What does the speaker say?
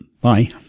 Bye